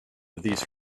these